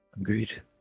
Agreed